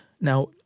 Now